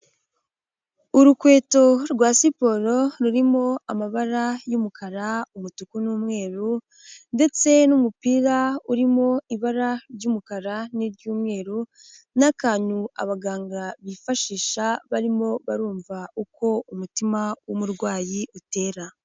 Urukweto rwa siporo rurimo amabara y'umukara, umutuku n'umweru ndetse n'umupira urimo ibara ry'umukara n'iry'umweru n'akantu abaganga bifashisha barimo barumva uko umutima w'umurwayi utera.